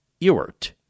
Ewart